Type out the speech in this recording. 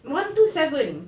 one two seven